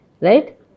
right